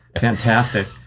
fantastic